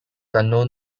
unknown